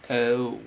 oh